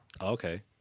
okay